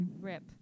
Rip